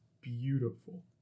beautiful